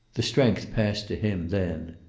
the strength passed to him, then.